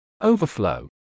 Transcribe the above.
Overflow